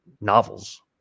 novels